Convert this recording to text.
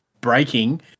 breaking